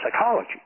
Psychology